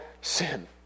sin